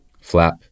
Flap